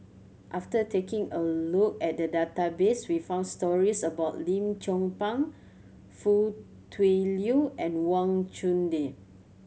after taking a look at the database we found stories about Lim Chong Pang Foo Tui Liew and Wang Chunde